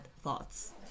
thoughts